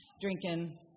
drinking